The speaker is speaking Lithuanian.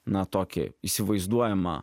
na tokią įsivaizduojamą